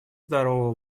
здорового